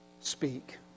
speak